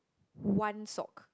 one sock